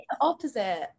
opposite